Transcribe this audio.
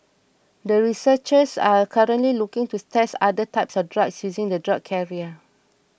the researchers are currently looking to test other types of drugs using the drug carrier